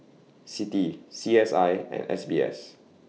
C T C S I and S B S